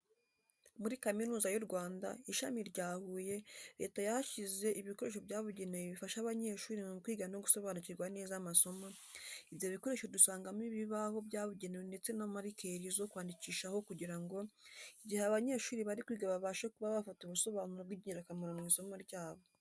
Muri Kaminuza y'u Rwanda Ishami rya Huye, leta yahashyize ibikoresho byabugenewe bifasha abanyeshuri mu kwiga no gusobanukirwa neza amasomo, ibyo bikoresho dusangamo ibibaho byabugenewe ndetse na marikeri zo kwandikishaho kugira ngo igihe abanyeshuri bari kwiga babashe kuba bafata ubusobanuro bw'ingirakamaro mu isomo ryabo.